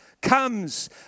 comes